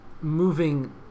moving